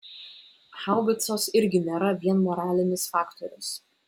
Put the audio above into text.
haubicos irgi nėra vien moralinis faktorius